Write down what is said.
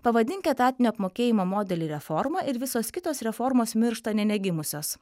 pavadink etatinio apmokėjimo modelį reforma ir visos kitos reformos miršta nė negimusios